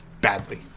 Badly